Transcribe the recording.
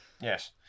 Yes